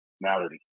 malady